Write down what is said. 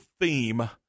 theme